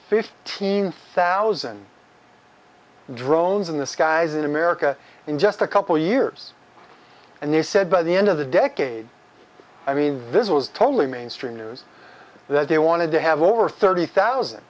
fifteen thousand drones in the skies in america in just a couple years and they said by the end of the decade i mean this was totally mainstream news that they wanted to have over thirty thousand